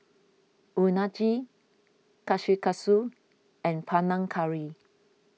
Unagi Kushikatsu and Panang Curry